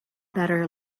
better